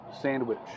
sandwich